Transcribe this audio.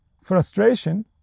frustration